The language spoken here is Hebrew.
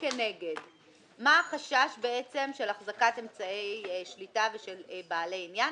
מה החשש של אחזקת אמצעי שליטה ושל בעלי עניין?